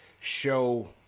show